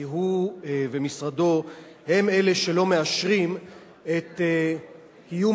כי הוא ומשרדו הם שלא מאשרים את קיום